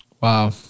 Wow